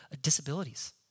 disabilities